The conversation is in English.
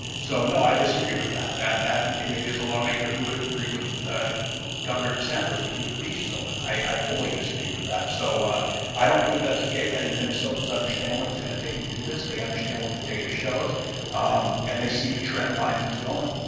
so, no, i disagree with that. that that maybe is a lawmaker who would have agreed with governor desantos to keep the beaches open. i fully disagreed with that so ah i don't believe that's the case. i think minnesotans understand what it's going to take to do this, they understand what the data shows and they see the trend line that's going?